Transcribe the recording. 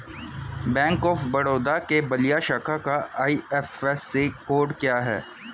Bank of Baroda के बलिया शाखा का आई.एफ.एस.सी कोड क्या है?